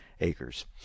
acres